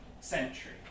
century